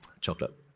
chocolate